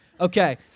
Okay